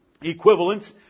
equivalents